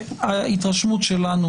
ההתרשמות שלנו